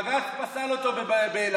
בג"ץ פסל אותו באילת.